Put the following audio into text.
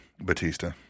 Batista